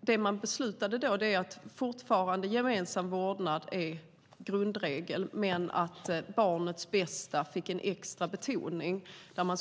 Det man då beslutade var att grundregeln ska vara att vårdnaden ska vara gemensam, men barnets bästa betonades särskilt.